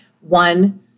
One